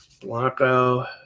Blanco